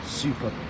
super